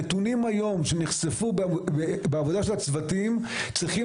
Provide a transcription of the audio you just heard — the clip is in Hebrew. הנתונים היום שנחשפו בעבודה של הצוותים צריכים